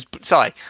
Sorry